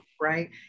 right